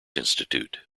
institute